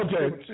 Okay